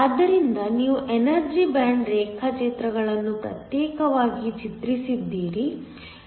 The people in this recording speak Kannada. ಆದ್ದರಿಂದ ನೀವು ಎನರ್ಜಿ ಬ್ಯಾಂಡ್ ರೇಖಾಚಿತ್ರಗಳನ್ನು ಪ್ರತ್ಯೇಕವಾಗಿ ಚಿತ್ರಿಸಿದ್ದೀರಿ